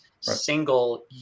single